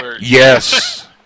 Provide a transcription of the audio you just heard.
Yes